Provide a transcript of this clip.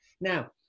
Now